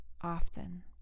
often